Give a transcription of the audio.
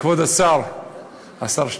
כבוד השר שטייניץ,